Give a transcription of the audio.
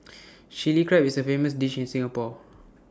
Chilli Crab is A famous dish in Singapore